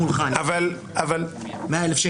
אם אנחנו מדברים ואוספים מהשטח טענות על